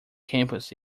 campus